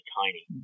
tiny